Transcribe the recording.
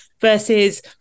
versus